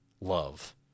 love